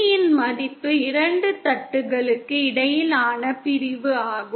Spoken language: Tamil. D இன் மதிப்பு இரண்டு தட்டுகளுக்கு இடையிலான பிரிப்பு ஆகும்